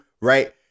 Right